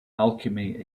alchemy